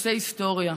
שעושה היסטוריה.